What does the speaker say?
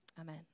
Amen